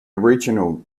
original